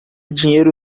dinheiro